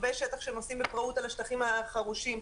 רכבי שטח שנוסעים בפראות על השטחים החרושים,